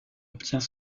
obtient